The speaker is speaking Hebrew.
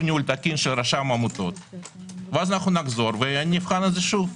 ניהול תקין של רשם העמותות ואז נחזור ונבחן שוב.